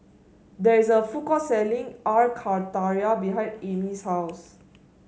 there is a food court selling Air Karthira behind Amey's house